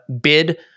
bid